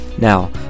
Now